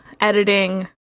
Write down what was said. editing